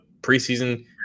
preseason